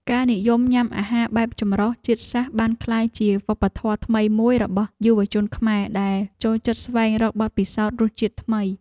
ការនិយមញ៉ាំអាហារបែបចម្រុះជាតិសាសន៍បានក្លាយជាវប្បធម៌ថ្មីមួយរបស់យុវជនខ្មែរដែលចូលចិត្តស្វែងរកបទពិសោធន៍រសជាតិថ្មី។